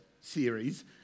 series